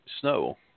snow